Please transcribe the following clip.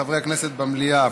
חברי הכנסת במליאה.